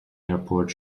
airport